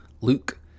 Luke